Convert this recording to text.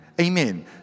Amen